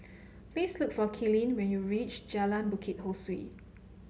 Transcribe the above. please look for Kalene when you reach Jalan Bukit Ho Swee